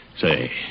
Say